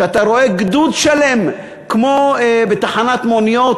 שאתה רואה גדוד שלם כמו בתחנת מוניות,